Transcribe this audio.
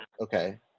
Okay